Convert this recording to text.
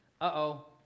Uh-oh